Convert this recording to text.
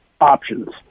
options